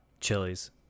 chilies